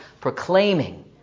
proclaiming